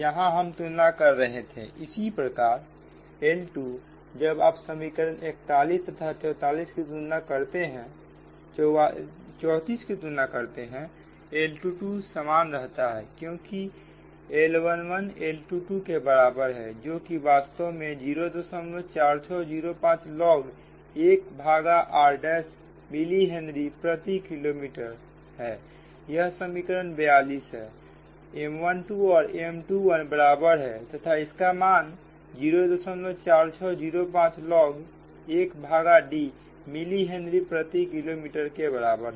यहां हम तुलना कर रहे थे उसी प्रकार L2जब आप समीकरण 41 तथा 34 की तुलना करते हो L22समान रहता है क्योंकि L11 L22 के बराबर है जो की वास्तव में 04605 log 1 भागा r' मिली हेनरी प्रति किलोमीटर यह समीकरण 42 है M12 और M21बराबर है तथा इनका मान 04605 log 1 भागा D मिली हेनरी प्रति किलोमीटर के बराबर है